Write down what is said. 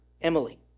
Emily